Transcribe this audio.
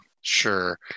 Sure